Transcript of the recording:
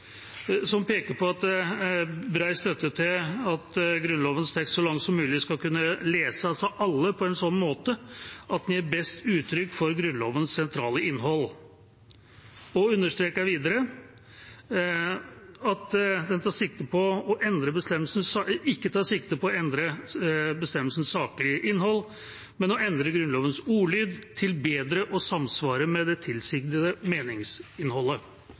støtte til at Grunnlovens tekst så langt som mulig skal kunne leses av alle på en slik måte at den gir best uttrykk for Grunnlovens sentrale innhold. Komiteen understreker videre at man ikke tar sikte på «å endre bestemmelsens saklige innhold», men å endre Grunnlovens ordlyd til bedre å samsvare med det tilsiktede meningsinnholdet.